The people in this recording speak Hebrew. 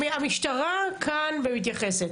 המשטרה כאן ומתייחסת.